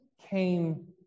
came